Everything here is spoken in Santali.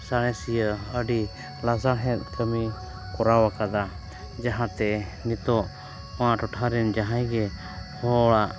ᱥᱟᱬᱮᱥᱤᱭᱟᱹ ᱟᱹᱰᱤ ᱞᱟᱥᱟᱲᱦᱮᱫ ᱠᱟᱹᱢᱤ ᱠᱚᱨᱟᱣ ᱠᱟᱫᱟ ᱡᱟᱦᱟᱸᱛᱮ ᱱᱤᱛᱚᱜ ᱱᱚᱣᱟ ᱴᱚᱴᱷᱟ ᱨᱮᱱ ᱡᱟᱦᱟᱸᱭ ᱜᱮ ᱦᱚᱲᱟᱜ